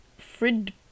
Frid